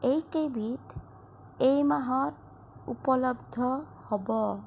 এইকেইবিধ এইমাহত উপলব্ধ হ'ব